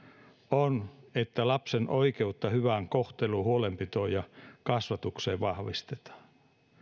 on että lapsen oikeutta hyvään kohteluun huolenpitoon ja kasvatukseen vahvistetaan